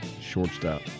Shortstop